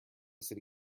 city